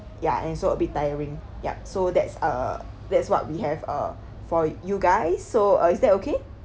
ya and so a bit tiring yup so that's uh that's what we have uh for you guys so uh is that okay